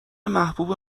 محبوب